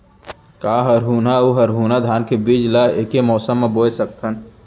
का हरहुना अऊ गरहुना धान के बीज ला ऐके मौसम मा बोए सकथन?